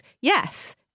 yes